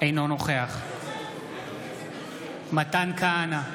אינו נוכח מתן כהנא,